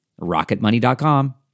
Rocketmoney.com